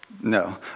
No